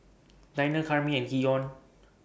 Danyel Karyme and Keion